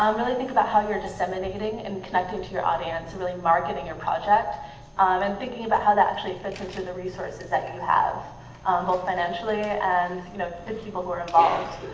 um really think about how you're disseminating and connecting to your audience and really marketing your project um and thinking about how that actually fits into the resources that you have um both financially and you know the people who are involved.